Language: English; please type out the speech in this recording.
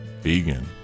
Vegan